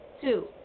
Two